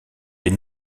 des